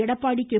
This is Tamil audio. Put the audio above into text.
எடப்பாடி கே